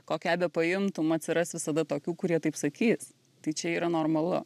kokią bepaimtum atsiras visada tokių kurie taip sakys tai čia yra normalu